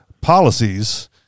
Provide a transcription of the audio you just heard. policies